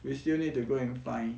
we still need to go and find